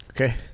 Okay